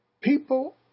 People